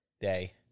Day